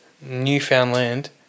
Newfoundland